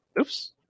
oops